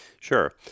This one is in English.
Sure